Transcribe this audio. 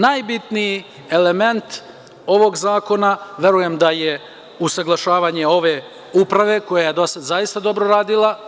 Najbitniji element ovog zakona verujem da je usaglašavanje ove uprave koja je do sada dobro radila.